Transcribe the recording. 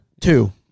two